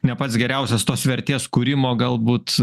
ne pats geriausias tos vertės kūrimo galbūt